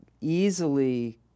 easily